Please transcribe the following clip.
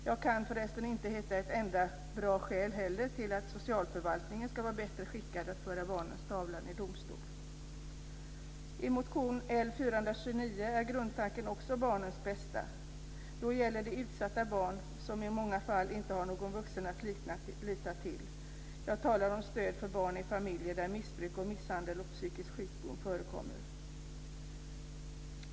Jag kan förresten inte heller hitta ett enda bra skäl till att socialförvaltningen ska vara bättre skickad att föra barnens talan i domstol. I motion L429 är grundtanken också barnens bästa. Då gäller det utsatta barn som i många fall inte har någon vuxen att lita till. Jag talar om stöd för barn i familjer där missbruk, misshandel och psykisk sjukdom förekommer.